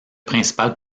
principal